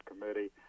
Committee